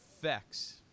effects